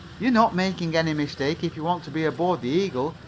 you're not making any mistake if you want to be aboard the eagle.